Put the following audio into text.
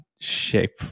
shape